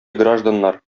гражданнар